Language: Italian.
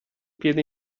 piede